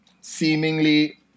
seemingly